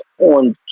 on